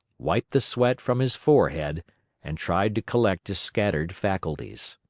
wiped the sweat from his forehead and tried to collect his scattered faculties.